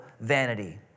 vanity